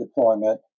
deployment